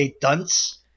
dunce